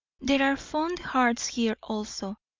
there are fond hearts here also,